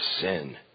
sin